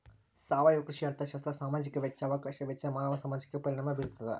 ಸಾವಯವ ಕೃಷಿ ಅರ್ಥಶಾಸ್ತ್ರ ಸಾಮಾಜಿಕ ವೆಚ್ಚ ಅವಕಾಶ ವೆಚ್ಚ ಮಾನವ ಸಮಾಜಕ್ಕೆ ಪರಿಣಾಮ ಬೀರ್ತಾದ